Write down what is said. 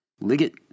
Liggett